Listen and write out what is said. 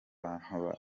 bantu